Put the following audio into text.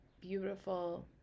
beautiful